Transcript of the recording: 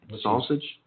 Sausage